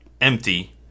empty